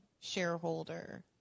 shareholder